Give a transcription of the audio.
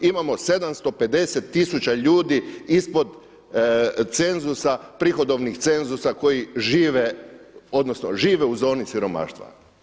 Imamo 750000 ljudi ispod cenzusa, prihodovnih cenzusa koji žive odnosno žive u zoni siromaštva.